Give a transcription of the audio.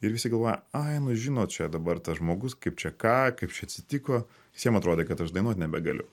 ir visi galvoja ai nu žinot čia dabar tas žmogus kaip čia ką kaip čia atsitiko visiem atrodė kad aš dainuot nebegaliu